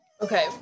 Okay